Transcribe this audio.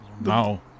No